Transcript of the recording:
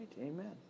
amen